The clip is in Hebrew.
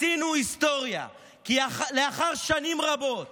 עשינו היסטוריה, כי לאחר שנים רבות